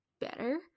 Better